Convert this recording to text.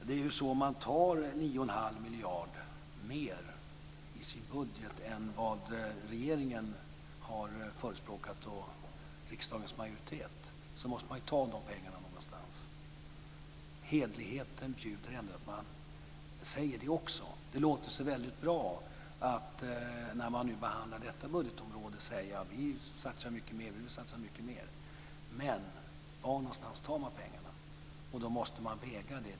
Fru talman! Man har 91⁄2 miljarder mer i sin budget än vad regeringen och riksdagens majoritet har förespråkat. Hederligheten bjuder ändå att man säger det också. Det låter så väldigt bra, när nu detta budgetområde behandlas, när man säger att man vill satsa mycket mer. Men var någonstans tar man pengarna? Och man måste väga det här.